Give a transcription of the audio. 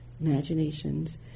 imaginations